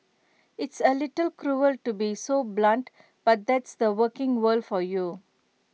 it's A little cruel to be so blunt but that's the working world for you